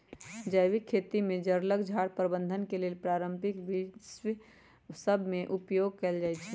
जैविक खेती में जङगल झार प्रबंधन के लेल पारंपरिक विद्ध सभ में उपयोग कएल जाइ छइ